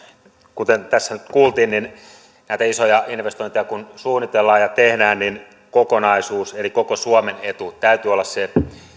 kuten tässä kuultiin niin kun näitä isoja investointeja suunnitellaan ja tehdään niin kokonaisuuden eli koko suomen edun täytyy olla se